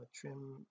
trim